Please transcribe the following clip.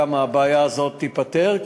ואני מקווה שגם הבעיה הזאת תיפתר,